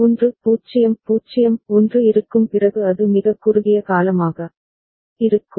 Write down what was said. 1 0 0 1 இருக்கும் பிறகு அது மிகக் குறுகிய காலமாக இருக்கும்